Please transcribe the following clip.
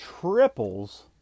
triples